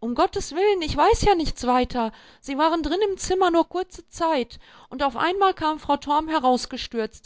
um gottes willen ich weiß ja nichts weiter sie waren drin im zimmer nur kurze zeit und auf einmal kam frau